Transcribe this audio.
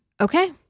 okay